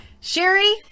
Sherry